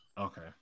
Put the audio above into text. okay